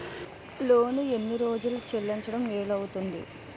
Loan ఎన్ని రోజుల్లో చెల్లించడం వీలు అవుతుంది?